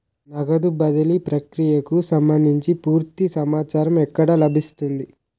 నగదు బదిలీ ప్రక్రియకు సంభందించి పూర్తి సమాచారం ఎక్కడ లభిస్తుంది?